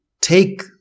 take